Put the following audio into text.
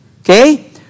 Okay